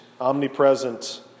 omnipresent